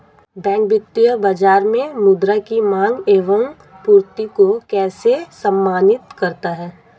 Bank वित्तीय बाजार में मुद्रा की माँग एवं पूर्ति को कैसे समन्वित करता है?